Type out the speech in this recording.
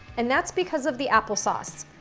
and that's because of the applesauce.